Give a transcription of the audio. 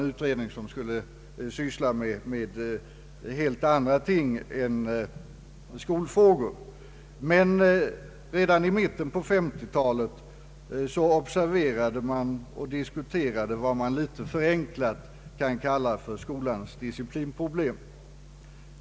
Den skulle syssla med helt andra ting än skolfrågor. Men redan i mitten av 1950-talet observerade den och diskuterade vad man litet förenklat kan kalla skolans disciplinproblem.